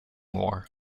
war